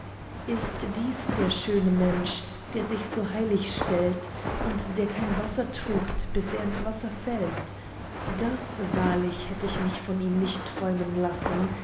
ist dies der schöne mensch der sich so heilig stellt und der kein wasser trübt bis er ins wasser fällt das wahrlich hätt ich mich von ihm nicht träumen lassen